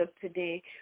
today